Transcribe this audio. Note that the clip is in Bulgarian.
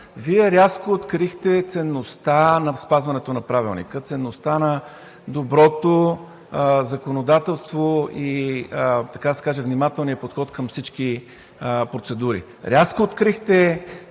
Вие рязко открихте ценността на спазването на Правилника, ценността на доброто законодателство и, така да се каже, внимателния подход към всички процедури. Рязко открихте